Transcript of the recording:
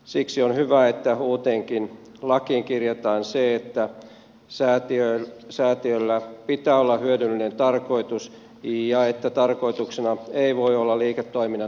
siksi on hyvä että uuteenkin lakiin kirjataan se että säätiöllä pitää olla hyödyllinen tarkoitus ja että tarkoituksena ei voi olla liiketoiminnan harjoittaminen